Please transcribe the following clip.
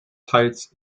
teils